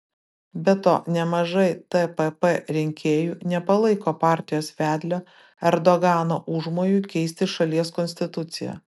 be to nemažai tpp rinkėjų nepalaiko partijos vedlio erdogano užmojų keisti šalies konstituciją